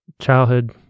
childhood